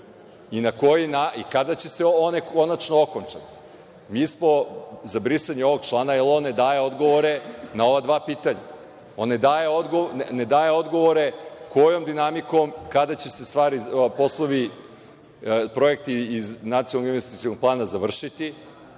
I, kada će se one konačno okončati. Mi smo za brisanje ovog člana jer on ne daje odgovore na ova dva pitanja. On ne daje odgovore kojom dinamikom kada će se poslovi, projekti iz Nacionalnog investicionog plana završiti,